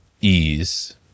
ease